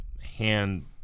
hand